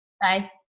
Bye